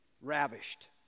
Ravished